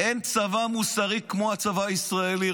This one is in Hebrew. אין צבא מוסרי כמו הצבא הישראלי,